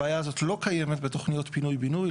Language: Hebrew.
הבעיה הזאת לא קיימת בתוכניות פינוי-בינוי,